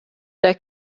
der